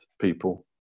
people